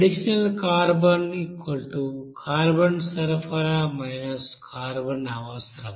additional carbon carbon సరఫరా carbon అవసరం